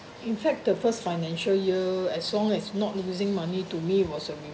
in fact the first financial year as long as not losing money to me was a reward